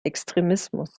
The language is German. extremismus